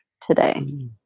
today